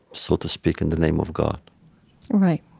so to speak, in the name of god right